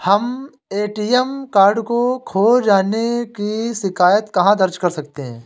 हम ATM card खो जाने की शिकायत कहाँ दर्ज कर सकते हैं?